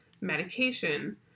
medication